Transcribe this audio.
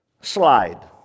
slide